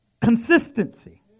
Consistency